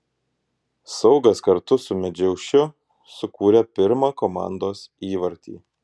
saugas kartu su medžiaušiu sukūrė pirmą komandos įvartį